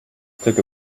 took